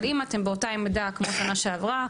אבל אם אתם באותה עמדה כמו בשנה שעברה,